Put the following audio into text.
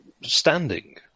standing